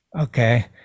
okay